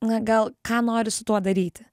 na gal ką nori su tuo daryti